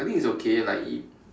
I think it's okay like it